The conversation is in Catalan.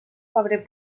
febrer